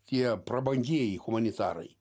tie prabangieji humanitarai